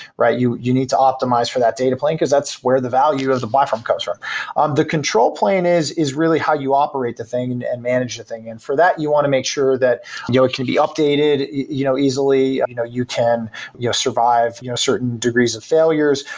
right? you you need to optimize for that data plane because that's where the value of the platform comes from um the control plane is is really how you operate the thing and manage the thing and for that you want to make sure that you know it can be updated you know easily, you know, you can you know survive you know certain degrees of failures,